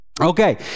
Okay